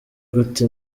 gute